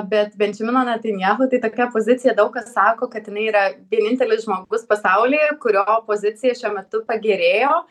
bet bendžemino netanjahu tai tokia pozicija daug kas sako kad jinai yra vienintelis žmogus pasaulyje kurio pozicija šiuo metu pagerėjo